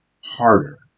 harder